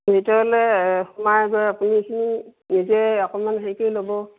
ভিতৰলৈ সোমাই গৈ আপুনি সেইখিনি নিজে অকণমান হেৰি কৰি ল'ব